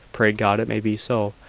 pray god it may be so!